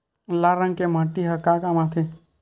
लाल रंग के माटी ह का काम आथे?